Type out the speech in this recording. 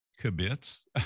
kibitz